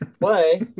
Play